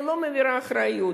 אני לא מעבירה אחריות,